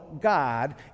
God